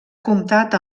comptat